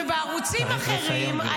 ובערוצים אחרים -- צריך לסיים,